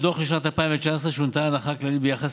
בדוח לשנת 2019 שונתה הנחה כללית ביחס